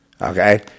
Okay